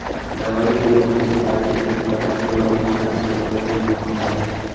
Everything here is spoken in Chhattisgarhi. दवई के रूप म सुपारी के फर, फूल अउ पाना सब्बो के महत्ता हे